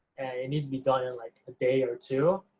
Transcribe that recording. it needs to be done in like a day or two,